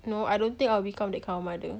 no I don't think I'll become that kind of mother